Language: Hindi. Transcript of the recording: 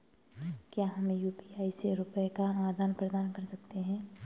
क्या हम यू.पी.आई से रुपये का आदान प्रदान कर सकते हैं?